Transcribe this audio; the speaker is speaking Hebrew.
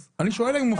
אני שואל אם הוא מפריע.